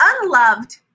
unloved